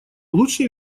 лучше